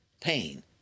pain